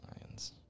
Lions